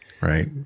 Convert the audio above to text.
right